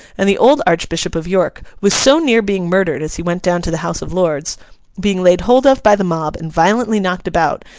and the old archbishop of york was so near being murdered as he went down to the house of lords being laid hold of by the mob and violently knocked about,